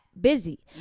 busy